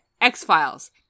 X-Files